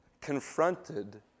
confronted